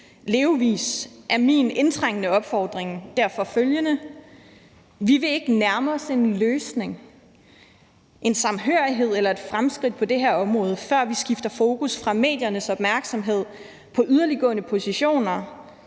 levevis, er min indtrængende opfordring derfor følgende: Vi vil ikke nærme os en løsning, en samhørighed eller et fremskridt på det her område, før vi skifter fokus fra mediernes opmærksomhed på yderliggående positioner